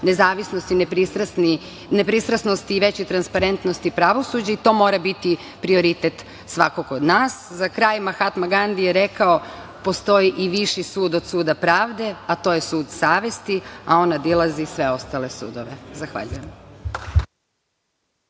nezavisnosti, nepristrasnosti i većoj transparentnosti pravosuđa i to mora biti prioritet svakog od nas.Za kraj, Mahatma Gandi je rekao: „Postoji i viši sud od suda pravde, a to je sud savesti, a on obilazi sve ostale sudove“. Zahvaljujem.